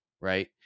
right